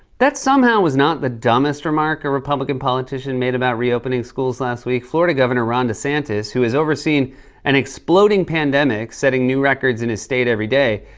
that somehow was not the dumbest remark a republican politician made about re-opening schools last week. florida governor ron desantis, who has overseen an exploding pandemic setting new records in his state every day,